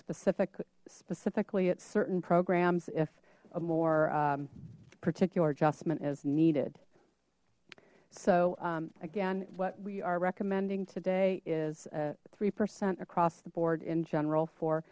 specific specifically at certain programs if a more particular adjustment is needed so again what we are recommending today is three percent across the board in general for